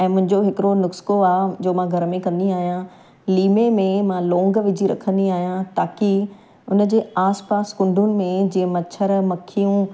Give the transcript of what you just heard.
ऐं मुंहिंजो हिकिड़ो नुस्को आहे जो मां घर में कंदी आहियां लीमे में मां लोंग विझी रखंदी आहियां ताकी हुन जे आस पास कुंडुनि में जीअं मच्छर मक्खियूं